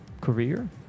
career